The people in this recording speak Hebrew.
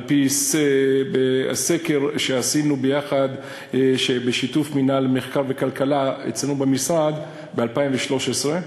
על-פי סקר שעשינו בשיתוף מינהל מחקר וכלכלה אצלנו במשרד ב-2013,